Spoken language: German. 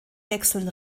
wechseln